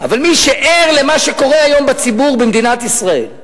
אבל מי שער למה שקורה היום בציבור במדינת ישראל,